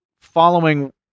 following